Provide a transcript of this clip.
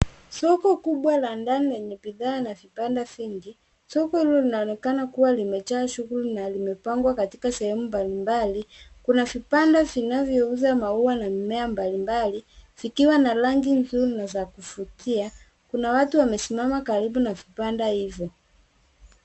Soko kubwa la ndani lenye bidhaa na vibanda vingi. Soko hilo linaonekana kuwa limejaa shughuli na limepambwa katika sehemu mbalimbali. Kuna vibanda vinavyouza maua na mimea mbalimbali vikiwa na rangi nzuri na za kuvutia . Kuna watu wamesimama karibu na vibanda hivyo.